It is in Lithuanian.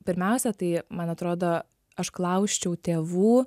pirmiausia tai man atrodo aš klausčiau tėvų